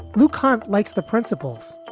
lou conte likes the principles.